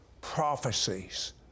prophecies